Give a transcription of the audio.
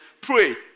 pray